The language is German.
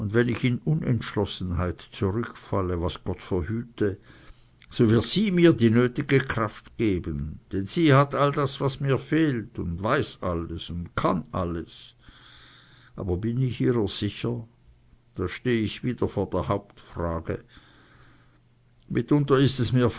wenn ich in unentschlossenheit zurückfalle was gott verhüte so wird sie mir die nötige kraft geben denn sie hat all das was mir fehlt und weiß alles und kann alles aber bin ich ihrer sicher da steh ich wieder vor der hauptfrage mitunter ist es mir